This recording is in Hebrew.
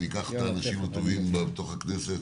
ניקח את האנשים הטובים בתוך הכנסת